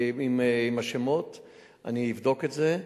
אני אבדוק את זה.